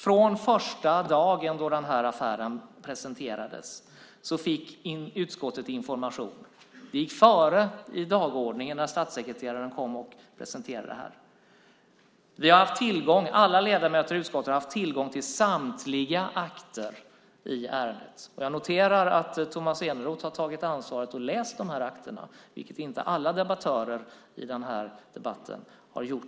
Från första dagen då den här affären presenterades fick utskottet information. Det gick före i dagordningen när statssekreteraren kom och presenterade detta. Alla ledamöter i utskottet har haft tillgång till samtliga akter i ärendet. Jag noterar att Tomas Eneroth har tagit ansvaret och läst dessa akter, vilket inte alla debattörer i debatten har gjort.